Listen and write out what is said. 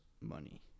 money